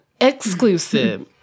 Exclusive